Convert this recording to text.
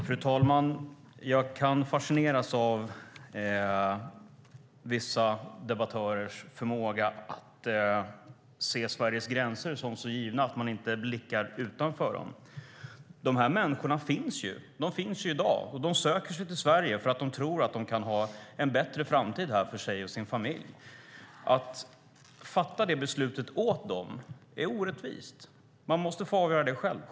Fru talman! Jag fascineras av vissa debattörers förmåga att se Sveriges gränser som så givna att man inte blickar utanför dem. Dessa människor finns och söker sig till Sverige för att de tror att de kan få en bättre framtid här för sig och sin familj. Att fatta det beslutet åt dem är orättvist. Man måste få avgöra det själv.